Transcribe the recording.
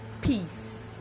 Peace